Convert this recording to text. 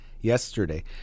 yesterday